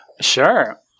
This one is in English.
Sure